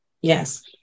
Yes